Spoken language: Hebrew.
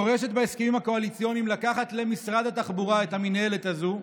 ודורשת בהסכמים הקואליציוניים לקחת למשרד התחבורה את המינהלת הזאת,